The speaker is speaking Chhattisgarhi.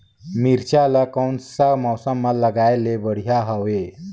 मिरचा ला कोन सा मौसम मां लगाय ले बढ़िया हवे